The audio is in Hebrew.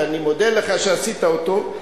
ואני מודה לך שעשית אותו.